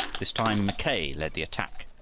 this time mackay led the attack.